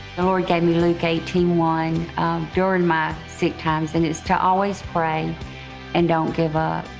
and lord gave me luke eighteen one during my sick times. and it is to always pray and don't give